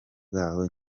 bwaho